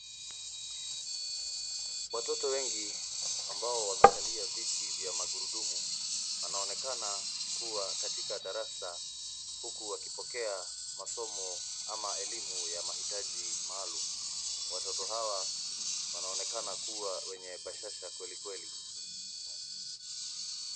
Watoto wengi ambao wamekalia viti vya magurudumu wanaonekana kuwa katika darasa huku wakipokea masomo ama elimu ya maitaji maalum. Watoto hawa wanaonekana kuwa wenye bashasha kweli kweli.